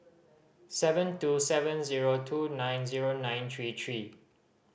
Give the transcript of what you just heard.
seven two seven zero two nine zero nine three three